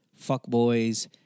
fuckboys